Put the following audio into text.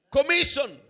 Commission